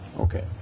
Okay